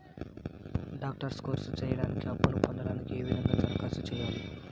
Doctor course సేయడానికి అప్పును పొందడానికి ఏ విధంగా దరఖాస్తు సేయాలి?